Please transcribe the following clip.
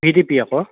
V D P আকৌ